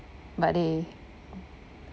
but they